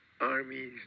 armies